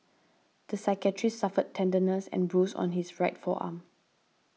the psychiatrist suffered tenderness and a bruise on his right forearm